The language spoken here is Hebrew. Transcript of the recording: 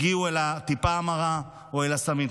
הגיעו אל הטיפה המרה או אל הסמים.